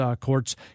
Courts